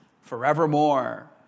forevermore